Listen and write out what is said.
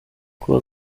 kuwa